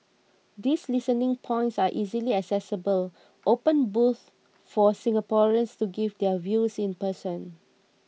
these listening points are easily accessible open booths for Singaporeans to give their views in person